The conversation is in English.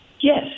Yes